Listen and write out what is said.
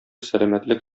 сәламәтлек